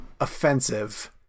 offensive